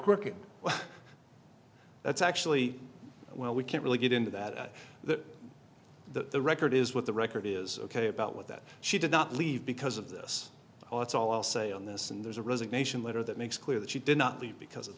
well that's actually well we can't really get into that that the record is what the record is ok about what that she did not leave because of this all it's all say on this and there's a resignation letter that makes clear that she did not leave because of